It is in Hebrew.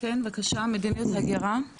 מדיניות והגירה,